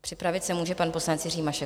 Připravit se může pan poslanec Jiří Mašek.